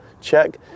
Check